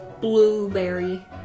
blueberry